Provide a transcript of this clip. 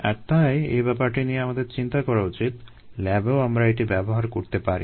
আর তাই এ ব্যাপারটি নিয়ে আমাদের চিন্তা করা উচিত ল্যাবেও আমরা এটি ব্যবহার করতে পারি